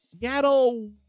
Seattle